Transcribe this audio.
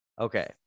Okay